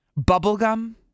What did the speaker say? Bubblegum